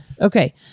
Okay